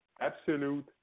absolute